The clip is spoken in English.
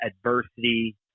adversity